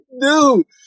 Dude